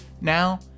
Now